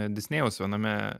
disnėjaus viename